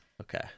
Okay